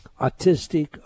autistic